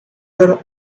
her